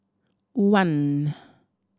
one